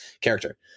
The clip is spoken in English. character